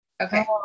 Okay